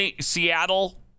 Seattle